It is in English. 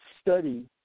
study